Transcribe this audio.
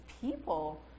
people